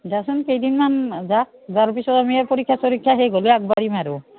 দিয়াচোন কেইদিনমান যাওক যোৱাৰ পিছত আমি পৰীক্ষা চৰীক্ষা শেষ হ'লে আগবাঢ়িম আৰু